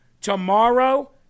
tomorrow